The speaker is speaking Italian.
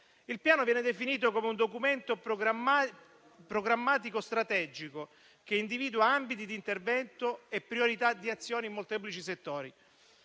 Il Piano viene definito come un documento programmatico strategico, che individua ambiti di intervento e priorità di azioni in molteplici settori.